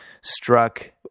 struck